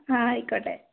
ആയിക്കോട്ടെ